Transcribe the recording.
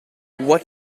what